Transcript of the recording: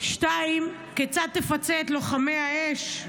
2. כיצד תפצה את לוחמי האש,